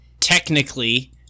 technically